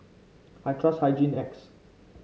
I trust Hygin X